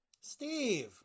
Steve